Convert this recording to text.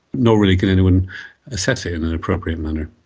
nor really can anyone assess it in an appropriate manner.